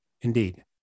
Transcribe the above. Indeed